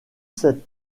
cet